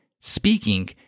speaking